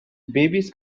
babies